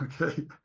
Okay